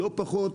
לא פחות,